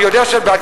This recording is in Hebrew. אני יודע שאת בעד,